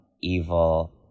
evil